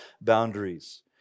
boundaries